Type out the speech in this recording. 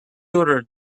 ordered